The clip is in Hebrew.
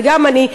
וגם אני.